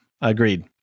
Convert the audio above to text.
agreed